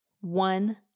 One